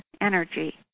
energy